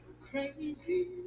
Crazy